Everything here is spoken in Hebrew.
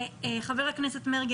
חבר הכנסת מרגי,